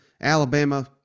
Alabama